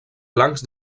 blancs